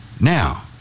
Now